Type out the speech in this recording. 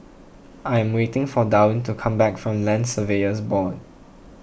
I am waiting for Darwyn to come back from Land Surveyors Board